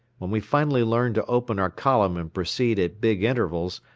when we finally learned to open our column and proceed at big intervals,